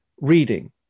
Reading